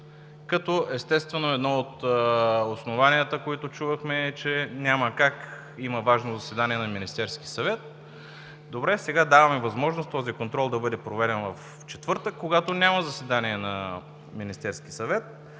едно от основанията, които чувахме, беше: “Няма как, има важно заседание на Министерския съвет“. Добре, сега даваме възможност контролът да бъде провеждан в четвъртък, когато няма заседания на Министерския съвет.